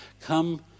come